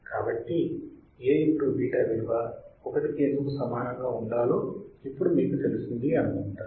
కాబాట్టి A β విలువ 1 కి ఎందుకు సమానము గా ఉండాలో ఇప్పడు మీకు తెలిసింది అనుకుంటా